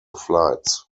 flights